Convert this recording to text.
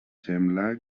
sembla